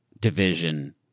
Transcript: division